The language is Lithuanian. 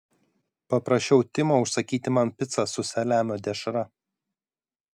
paprašiau timo užsakyti man picą su saliamio dešra